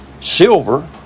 Silver